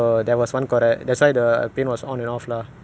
but she ask you repeat the steps lah then you see